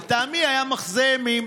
לטעמי היה מחזה אימים.